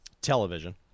Television